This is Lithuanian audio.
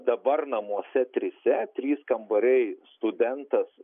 dabar namuose trise trys kambariai studentas